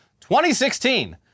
2016